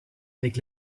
avec